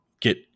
get